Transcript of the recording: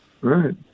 Right